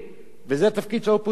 זה התפקיד של האופוזיציה בעצם,